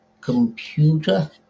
computer